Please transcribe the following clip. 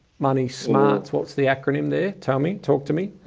money smarts. what's the acronym there? tell me. talk to me.